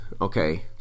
Okay